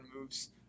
moves